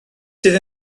sydd